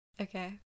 okay